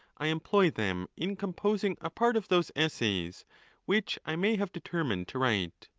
i employ them in composing a part of those essays which i may have deter mined to write.